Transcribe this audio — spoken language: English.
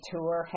Tour